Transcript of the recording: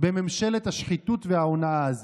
בממשלת השחיתות וההונאה הזאת.